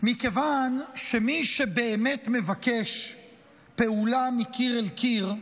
מכיוון שמי שבאמת מבקש פעולה מקיר אל קיר,